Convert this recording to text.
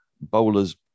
Bowlers